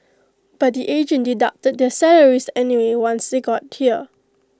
but the agent deducted their salaries anyway once they got here